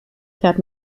fährt